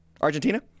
Argentina